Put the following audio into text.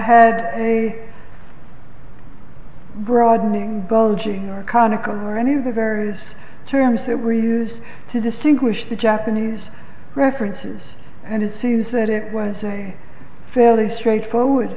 had a broadening bulging or conical renny of the various terms that were used to distinguish the japanese references and it seems that it was a fairly straightforward